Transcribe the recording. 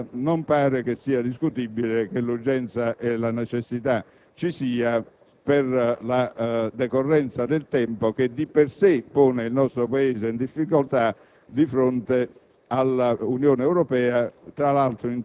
Quindi, anche da questo secondo punto di vista non pare discutibile che l'urgenza e la necessità vi sia, per la decorrenza del tempo che di per sé pone il nostro Paese in difficoltà di fronte